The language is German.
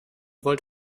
wollt